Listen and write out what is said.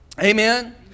Amen